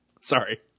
sorry